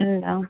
ഉണ്ടോ